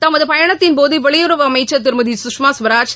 தமது பயணத்தின்போது வெளியுறவுத்துறை அமைச்சர் திருமதி குஷ்மா கவராஜ்